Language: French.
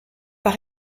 par